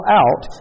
out